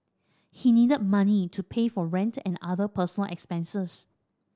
he needed money to pay for rent and other personal expenses